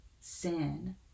sin